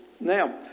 Now